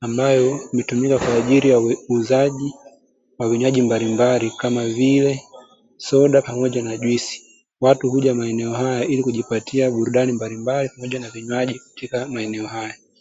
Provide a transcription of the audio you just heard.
ambayo hutumika kwa ajili ya uuzaji wa vinywaji mbalimbali, kama vile; soda pamoja na juisi, watu huja maeneo haya ili kujipatia burudani mbalimbali pamoja na vinywaji katika maeneo haya.